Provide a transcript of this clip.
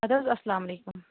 اَدٕ حظ اَسلامُ علیکُم